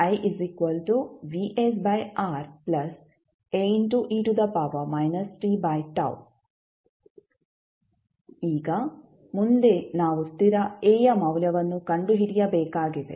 ಆದ್ದರಿಂದ ಈಗ ಮುಂದೆ ನಾವು ಸ್ಥಿರ A ಯ ಮೌಲ್ಯವನ್ನು ಕಂಡುಹಿಡಿಯಬೇಕಾಗಿದೆ